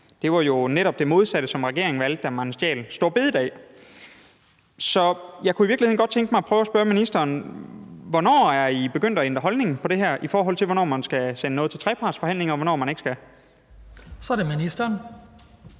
Det var netop det modsatte, som regeringen valgte, da man stjal store bededag. Så jeg kunne i virkeligheden godt tænke mig at prøve at spørge ministeren: Hvornår er I begyndt at ændre holdning til det her, i forhold til hvornår man skal sende noget til trepartsforhandlinger og hvornår man ikke skal? Kl. 19:55 Den